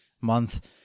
month